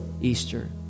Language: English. Easter